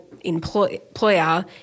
employer